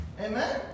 Amen